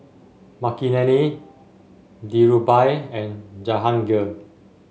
Makineni Dhirubhai and Jahangir